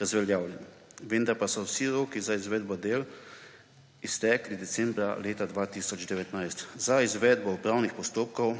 razveljavljen, vendar pa so se vsi roki za izvedbo del iztekli decembra leta 2019, za izvedbo upravnih postopkov